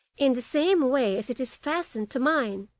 in the same way as it is fastened to mine,